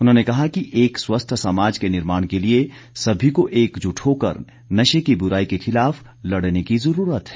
उन्होंने कहा कि एक स्वस्थ समाज के निर्माण के लिए सभी को एकजुट होकर नशे की बुराई के खिलाफ लड़ने की जरूरत है